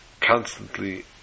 constantly